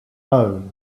own